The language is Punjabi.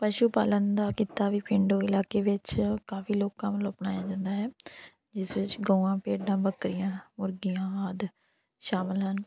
ਪਸ਼ੂ ਪਾਲਣ ਦਾ ਕਿੱਤਾ ਵੀ ਪੇਂਡੂ ਇਲਾਕੇ ਵਿੱਚ ਕਾਫੀ ਲੋਕਾਂ ਵੱਲੋਂ ਅਪਣਾਇਆ ਜਾਂਦਾ ਹੈ ਜਿਸ ਵਿੱਚ ਗਊਆਂ ਭੇਡਾਂ ਬੱਕਰੀਆਂ ਮੁਰਗੀਆਂ ਆਦਿ ਸ਼ਾਮਿਲ ਹਨ